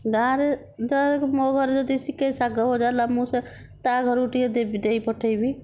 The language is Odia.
ଗାଁରେ ଗାଁରେ ମୋ ଘରେ ଯଦି ଟିକେ ଶାଗ ଭଜା ହେଲା ମୁଁ ସେ ତା' ଘରୁକୁ ଟିକେ ଦେଇପଠେଇବି